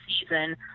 season